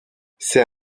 c’est